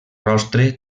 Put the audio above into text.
rostre